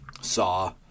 Saw